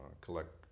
collect